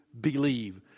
believe